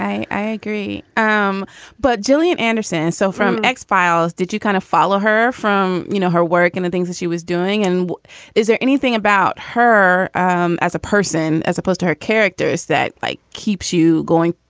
i agree um but gillian anderson. so from x-files. did you kind of follow her from, you know, her work and the things she was doing? and is there anything about her um as a person as opposed to her characters that, like keeps you going?